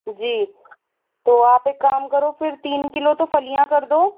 जी तो आप एक काम करो फिर तीन किलो तो फलियाँ कर दो